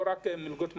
לא רק מלגות מרום,